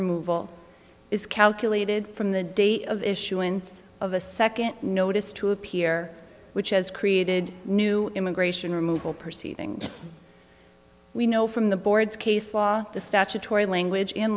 removal is calculated from the date of issuance of a second notice to appear which has created new immigration removal proceedings we know from the board's case law the statutory language in